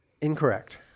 Incorrect